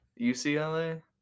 UCLA